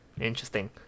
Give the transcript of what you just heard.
Interesting